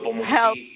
help